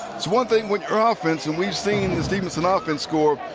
it's one thing with ah offense, and we've seen the stephenson ah offense score,